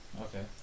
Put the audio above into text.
okay